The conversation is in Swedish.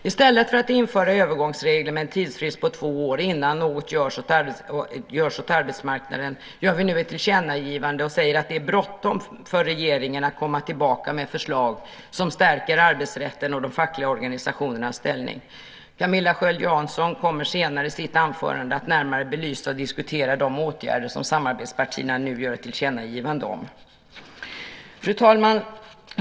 I stället för att införa övergångsregler med en tidsfrist på två år innan något görs åt arbetsmarknaden gör vi nu ett tillkännagivande och säger att det är bråttom för regeringen att komma tillbaka med förslag som stärker arbetsrätten och de fackliga organisationernas ställning. Camilla Sköld Jansson kommer senare att i sitt anförande närmare belysa och diskutera de åtgärder som samarbetspartierna nu gör ett tillkännagivande om. Fru talman!